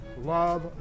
Love